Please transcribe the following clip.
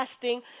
fasting